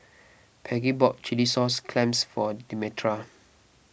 Peggie bought Chilli Sauce Clams for Demetra